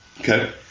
Okay